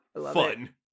Fun